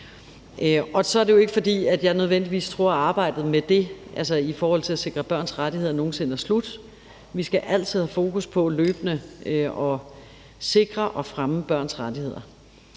Så er det jo ikke, fordi jeg nødvendigvis tror, at arbejdet med det at sikre børns rettigheder nogen sinde er slut. Vi skal altid have fokus på løbende at sikre og fremme børns rettigheder.